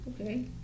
okay